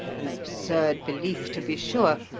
an absurd belief, to be sure,